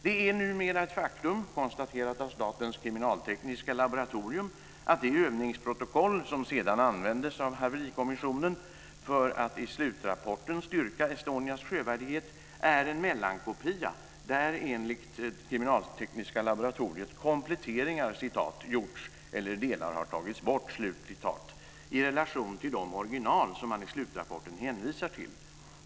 Det är numera ett faktum, konstaterat av Statens kriminaltekniska laboratorium, att det övningsprotokoll som sedan användes av Haverikommissionen för att i slutrapporten styrka Estonias sjövärdighet är en mellankopia där det enligt Statens kriminaltekniska laboratorium gjorts kompletteringar eller där delar tagits bort i relation till de original som man i slutrapporten hänvisar till.